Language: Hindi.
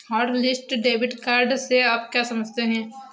हॉटलिस्ट डेबिट कार्ड से आप क्या समझते हैं?